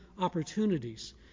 opportunities